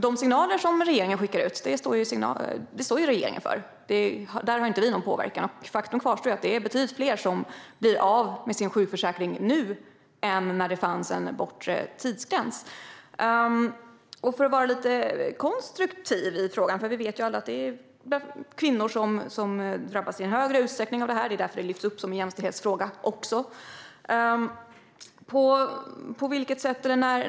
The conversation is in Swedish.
De signaler regeringen skickar ut står dock för regeringen; där har vi ingen påverkan. Faktum kvarstår att det är betydligt fler som blir av med sin sjukersättning nu än det var när det fanns en bortre tidsgräns. Jag har en lite mer konstruktiv fråga. Vi vet ju alla att det är kvinnor som i större utsträckning drabbas av det här. Det är därför som vi har lyft upp det som en jämställdhetsfråga.